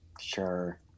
Sure